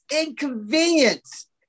inconvenience